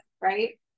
right